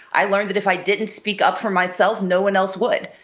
i learned that if i didn't speak up for myself, no one else would.